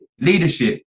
leadership